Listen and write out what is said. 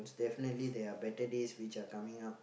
definitely there are better days which are coming up